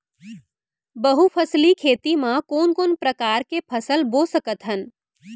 बहुफसली खेती मा कोन कोन प्रकार के फसल बो सकत हन?